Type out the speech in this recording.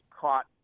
caught